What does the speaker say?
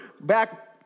back